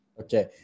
Okay